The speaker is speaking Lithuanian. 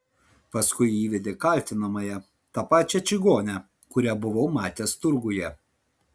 paskui įvedė kaltinamąją tą pačią čigonę kurią buvau matęs turguje